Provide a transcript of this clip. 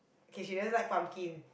okay she doesn't like pumpkin